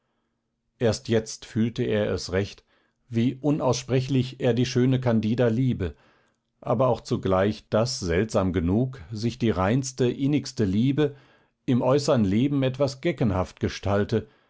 erst jetzt fühlte er es recht wie unaussprechlich er die schöne candida liebe aber auch zugleich daß seltsam genug sich die reinste innigste liebe im äußern leben etwas geckenhaft gestalte